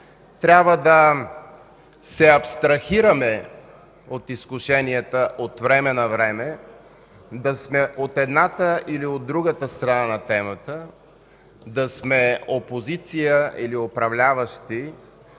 Трябва да се абстрахираме от изкушенията от време на време да сме от едната или от другата страна на темата, да сме опозиция или управляващи